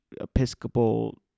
Episcopal